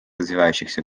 развивающихся